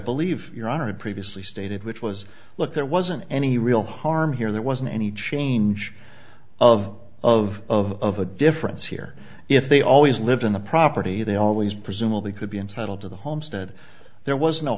believe your honor had previously stated which was look there wasn't any real harm here there wasn't any change of of a difference here if they always lived on the property they always presumably could be entitled to the homestead there was no